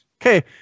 Okay